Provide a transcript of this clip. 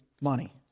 money